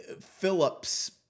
Phillips